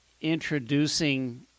introducing